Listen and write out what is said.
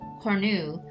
Cornu